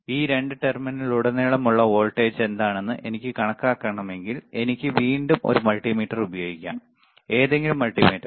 ഈ രണ്ട് ടെർമിനലിലുടനീളമുള്ള വോൾട്ടേജ് എന്താണെന്ന് എനിക്ക് കണക്കാക്കണമെങ്കിൽ എനിക്ക് വീണ്ടും ഒരു മൾട്ടിമീറ്റർ ഉപയോഗിക്കാം ഏതെങ്കിലും മൾട്ടിമീറ്റർ